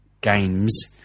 games